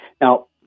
Now